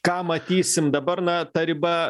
ką matysim dabar na ta riba